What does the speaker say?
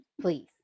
Please